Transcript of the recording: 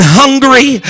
hungry